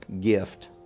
gift